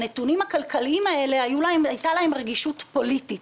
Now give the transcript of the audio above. הנתונים הכלכליים האלה הייתה להם רגישות פוליטית.